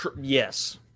Yes